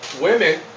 women